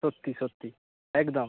সত্যি সত্যি একদম